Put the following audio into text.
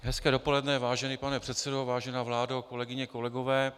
Hezké dopoledne, vážený pane předsedo, vážená vládo, kolegyně, kolegové.